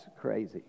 crazy